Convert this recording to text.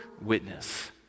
witness